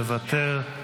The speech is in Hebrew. מוותר,